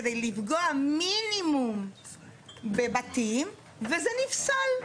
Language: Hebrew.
כדי לפגוע מינימום בבתים וזה נפסל,